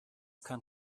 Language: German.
kann